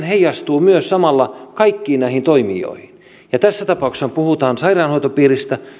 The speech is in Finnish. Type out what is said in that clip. heijastuvat myös samalla kaikkiin näihin toimijoihin tässä tapauksessa puhutaan sairaanhoitopiiristä